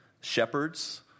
Shepherds